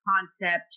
concept